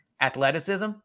athleticism